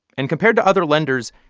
and compared to other lenders,